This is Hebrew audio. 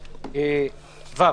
גור,